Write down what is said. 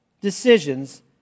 decisions